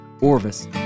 Orvis